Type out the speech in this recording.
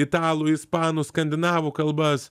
italų ispanų skandinavų kalbas